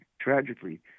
tragically